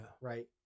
right